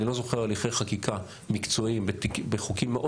אני לא זוכר הליכי חקיקה מקצועיים בחוקים מאוד